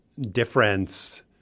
difference